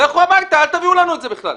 לכו הביתה, אל תביאו לנו את זה בכלל.